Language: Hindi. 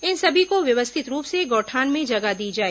इन सभी को व्यवस्थित रूप से गौठान में जगह दी जाए